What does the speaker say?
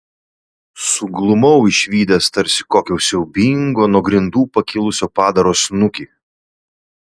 suglumau išvydęs tarsi kokio siaubingo nuo grindų pakilusio padaro snukį